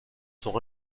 sont